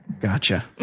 Gotcha